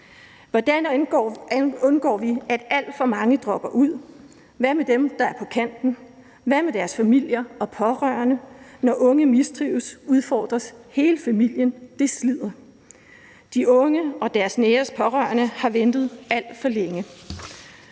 Hvordan undgår vi, at alt for mange dropper ud? Hvad med dem, der er på kanten? Hvad med deres familier og pårørende? Når unge mistrives, udfordres hele familien. Det slider. De unge og deres nære og pårørende har ventet alt for længe.